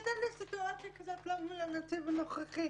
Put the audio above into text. והייתה לי סיטואציה כזאת, לא מול הנציב הנוכחי,